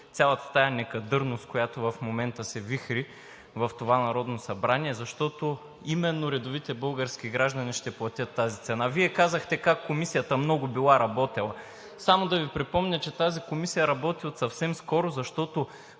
цялата тази некадърност, която в момента се вихри в това Народно събрание, защото именно редовите български граждани ще платят тази цена. Вие казахте как Комисията много била работела. Само да Ви припомня, че тази комисия работи от съвсем скоро, защото